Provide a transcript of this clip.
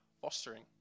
fostering